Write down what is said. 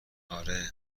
آره